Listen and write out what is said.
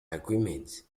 agreement